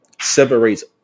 separates